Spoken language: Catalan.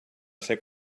ser